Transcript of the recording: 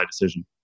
decision